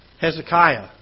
Hezekiah